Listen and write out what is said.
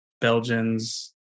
Belgians